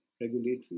regulatory